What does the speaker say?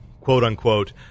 quote-unquote